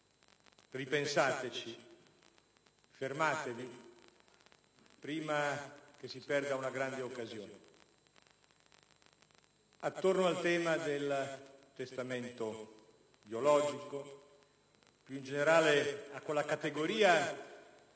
ripensateci, fermatevi, prima che si perda una grande occasione. Attorno al tema del testamento biologico, più in generale a quella categoria